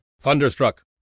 Thunderstruck